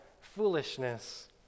foolishness